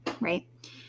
right